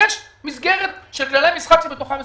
יש מסגרת של כללי משחק שבתוכה משחקים.